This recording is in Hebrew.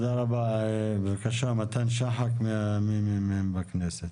בבקשה, מתן שחק מ"מ בכנסת.